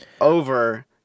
over